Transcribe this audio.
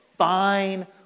Fine